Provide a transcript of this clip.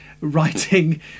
writing